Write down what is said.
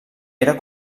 era